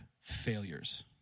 Failures